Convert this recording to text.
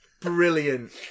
Brilliant